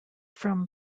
from